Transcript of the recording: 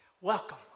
Welcome